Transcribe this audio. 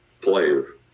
player